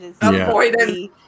avoidance